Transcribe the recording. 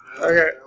okay